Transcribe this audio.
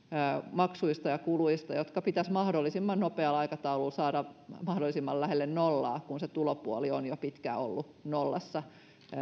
maksuista ja kuluista jotka pitäisi mahdollisimman nopealla aikataululla saada mahdollisimman lähelle nollaa kun se tulopuoli on jo pitkään ollut nollassa